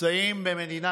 חברת הכנסת מירב כהן, אינה